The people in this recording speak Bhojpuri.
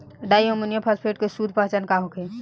डाइ अमोनियम फास्फेट के शुद्ध पहचान का होखे?